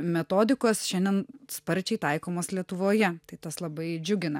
metodikos šiandien sparčiai taikomos lietuvoje tai tas labai džiugina